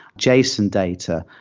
json data,